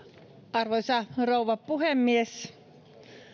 arvoisa rouva puhemies